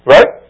Right